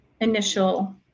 initial